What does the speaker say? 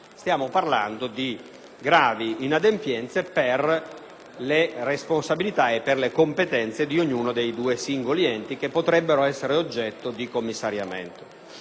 stiamo parlando di gravi inadempienze per le responsabilità e per le competenze di ognuno dei due singoli enti che potrebbero essere oggetto di commissariamento.